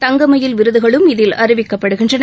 தங்கமயில் விருதுகளும் இதில் அறிவிக்கப்படுகின்றன